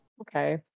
Okay